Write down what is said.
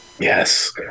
Yes